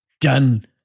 Done